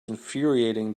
infuriating